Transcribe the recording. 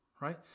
right